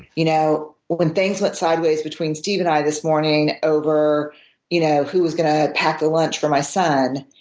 you know when things went sideways between steve and i this morning over you know who was going to pack a lunch for my son,